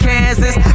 Kansas